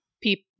people